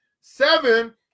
seven